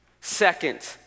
Second